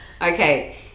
Okay